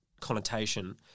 connotation